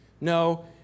No